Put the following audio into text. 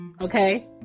okay